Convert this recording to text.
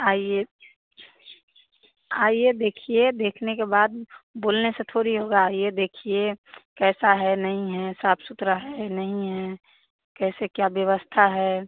आइए आइए देखिए देखने के बाद बोलने से थोड़ी होगा आइए देखिए कैसा है नहीं है साफ सुथरा है नहीं है कैसे क्या व्यवस्था है